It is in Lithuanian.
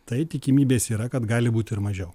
tai tikimybės yra kad gali būt ir mažiau